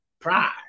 Pride